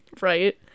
Right